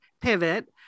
Pivot